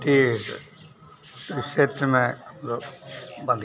ठीक इस क्षेत्र में बाक़ी